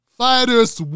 fighters